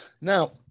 Now